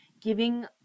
giving